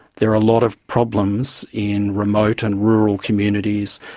there are a lot of problems in remote and rural communities,